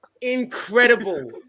incredible